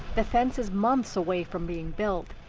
the fence is months away from being built.